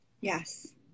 yes